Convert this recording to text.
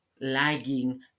lagging